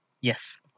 yes